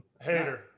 Hater